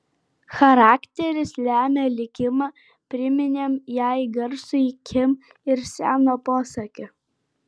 charakteris lemia likimą priminėm jai garsųjį kim ir seno posakį